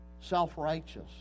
self-righteous